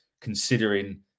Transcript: considering